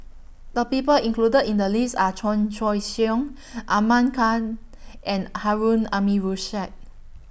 The People included in The list Are Chan Choy Siong Ahmad Khan and Harun Aminurrashid